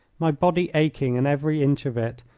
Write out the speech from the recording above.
my body aching in every inch of it,